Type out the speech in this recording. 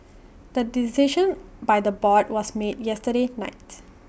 the decision by the board was made yesterday night